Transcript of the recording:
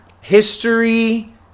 history